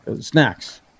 snacks